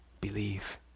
believe